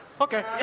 okay